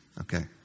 Okay